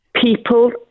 People